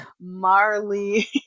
marley